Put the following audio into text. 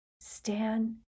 Stan